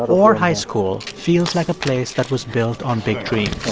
but orr high school feels like a place that was built on big dreams